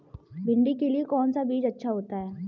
भिंडी के लिए कौन सा बीज अच्छा होता है?